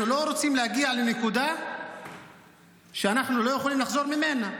אנחנו לא רוצים להגיע לנקודה שאנחנו לא יכולים לחזור ממנה.